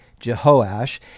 Jehoash